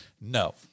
No